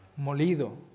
molido